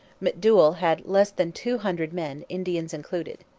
mcdouall had less than two hundred men, indians included.